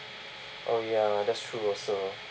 oh ya that's true also